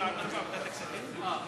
הצעת חוק התקשורת (בזק ושידורים)